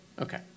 Okay